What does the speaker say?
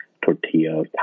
tortillas